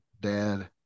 dad